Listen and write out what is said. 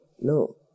No